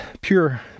pure